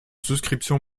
souscription